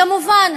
כמובן,